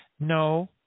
No